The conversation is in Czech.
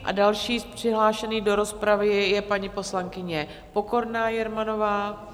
A další přihlášená do rozpravy je paní poslankyně Pokorná Jermanová.